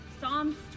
Psalms